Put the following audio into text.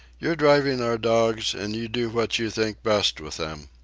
you're driving our dogs, and you do what you think best with them.